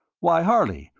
why, harley,